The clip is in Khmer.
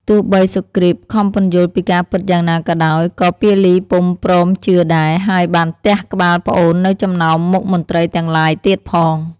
ទោះបីសុគ្រីតខំពន្យល់ពីការពិតយ៉ាងណាក៏ដោយ ក៏ពាលីពុំ ព្រមជឿដែរ ហើយបានទះក្បាលប្អូននៅចំណោមមុខមន្ត្រីទាំងឡាយទៀតផង។